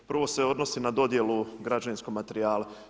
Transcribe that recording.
Prvo se odnosi na dodjelu građevinskog materijala.